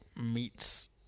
meets